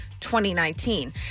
2019